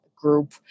Group